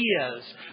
ideas